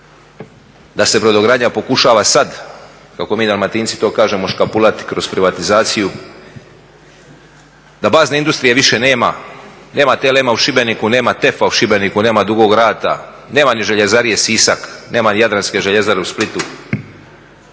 da se brodogradnja pokušava sad kako mi dalmatinci to kažemo škapulati kroz privatizaciju, da bazne industrije više nema, nema TLM-a u Šibeniku, nema TEF-a u Šibeniku, nema Dugog rata, nema ni Željezarije Sisak, nema ni Jadranske željezare u Splitu,